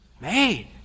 made